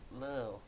No